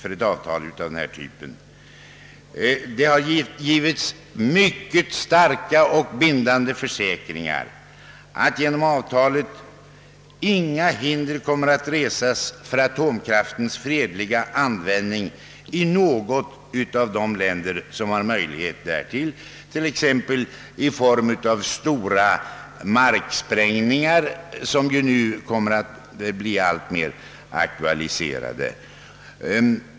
Det har givits mycket starka och bindande försäkringar, att detta avtal icke skall lägga hinder i vägen för en fredlig användning av atomkraften i något av de länder som har möjlighet att utnyttja denna, t.ex. i form av stora marksprängningar, något som nu kommer att bli alltmer aktuellt.